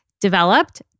developed